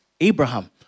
Abraham